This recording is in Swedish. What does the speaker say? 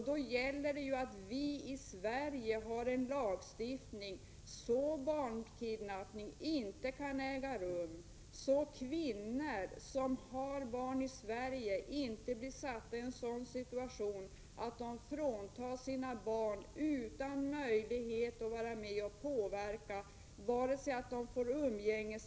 Då gäller det att vi i Sverige har en lagstiftning som förhindrar att barnkidnappning kan äga rum, som förhindrar att kvinnor som har barn i Sverige hamnar i en sådan situation att de fråntas sina barn, utan att de får möjlighet att vara med och påverka vare sig umgängesrätt eller någonting annat.